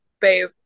babe